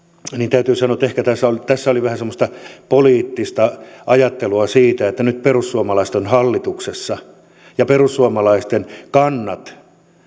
täytyy sanoa että ehkä tässä oli vähän semmoista poliittista ajattelua siitä että nyt perussuomalaiset on hallituksessa ja perussuomalaisten kannat